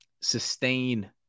sustain